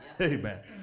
Amen